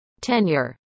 Tenure